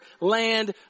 land